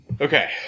Okay